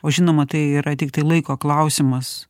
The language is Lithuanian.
o žinoma tai yra tiktai laiko klausimas